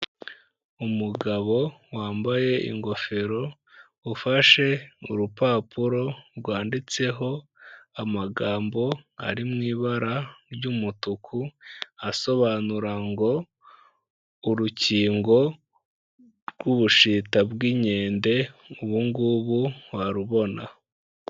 Umugabo wambaye ingofero, ufashe urupapuro rwanditseho amagambo ari mu ibara ry'umutuku, asobanura ngo urukingo rw'ubushita bw'inkende, ubu ngubu warubona.